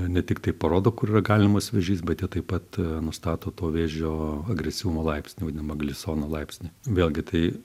ne tiktai parodo kur yra galimas vėžys bet jie taip pat nustato to vėžio agresyvumo laipsnį vadinamą glisono laipsnį vėlgi tai